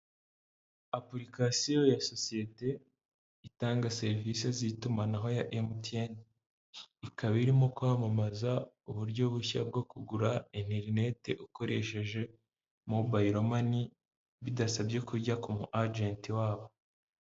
Apulikasiyo ya sosiyete itanga serivise z'itumanaho ya MTN, ikaba irimo kwamamaza uburyo bushya bwo kugura enterinete ukoresheje mobayilo mani, bidasabye ko ujya ku mu ajenti wabo.